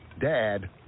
dad